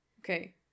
Okay